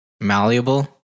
malleable